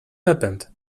happened